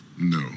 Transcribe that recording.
No